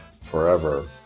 forever